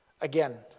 Again